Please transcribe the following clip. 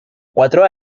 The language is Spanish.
cuatro